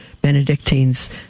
Benedictines